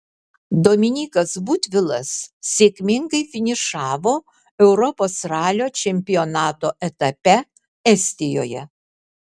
dominykas butvilas sėkmingai finišavo europos ralio čempionato etape estijoje